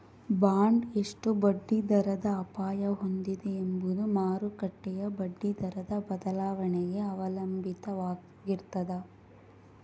bond ಎಷ್ಟು ಬಡ್ಡಿದರದ ಅಪಾಯ ಹೊಂದಿದೆ ಎಂಬುದು ಮಾರುಕಟ್ಟೆಯ ಬಡ್ಡಿದರದ ಬದಲಾವಣೆಗೆ ಅವಲಂಬಿತವಾಗಿರ್ತದ